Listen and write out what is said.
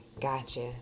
gotcha